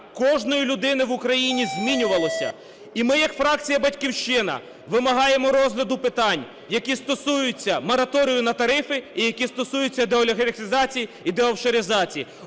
кожної людини в Україні змінювалося. І ми як фракція "Батьківщина" вимагаємо розгляду питань, які стосуються мораторію на тарифи і які стосуються деолігархізації і деофшоризації.